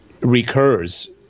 recurs